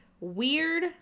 weird